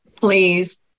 please